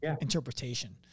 interpretation